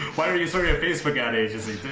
why are you sorry, a facebook ad agency.